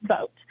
vote